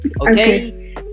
Okay